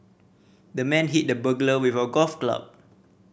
the man hit the burglar with a golf club